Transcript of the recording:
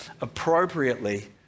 appropriately